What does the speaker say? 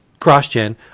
CrossGen